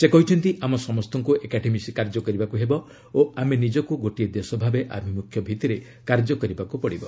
ସେ କହିଛନ୍ତି ଆମ ସମସ୍ତଙ୍କୁ ଏକାଠି ମିଶି କାର୍ଯ୍ୟ କରିବାକୁ ହେବ ଓ ଆମେ ନିଜକୁ ଗୋଟିଏ ଦେଶ ଭାବେ ଆଭିମୁଖ୍ୟ ଭିତ୍ତିରେ କାର୍ଯ୍ୟ କରିବାକୁ ପଡ଼ିବ